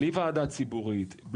בלי ועדה ציבורית,